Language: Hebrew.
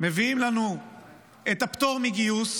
מביאים לנו את הפטור מגיוס,